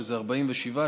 שזה 47%,